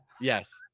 yes